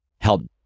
help